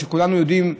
מה שכולנו יודעים,